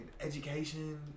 education